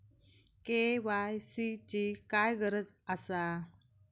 KYC ची काय गरज आसा?